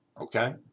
okay